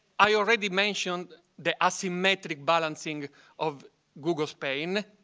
i already mentioned that asymmetric balancing of google spain,